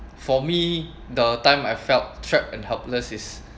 for me the time I felt trapped and helpless is